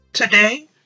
Today